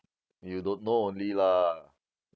you don't know only lah